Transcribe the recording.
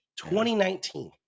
2019